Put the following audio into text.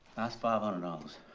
how's five hundred dollars?